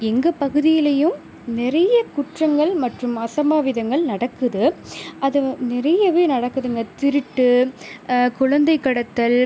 எங்கள் பகுதியிலேயும் நிறைய குற்றங்கள் மற்றும் அசம்பாவிதங்கள் நடக்குது அதுவும் நிறையவே நடக்குதுங்க திருட்டு குழந்தை கடத்தல்